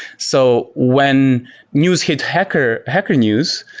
so when news hit hacker hacker news,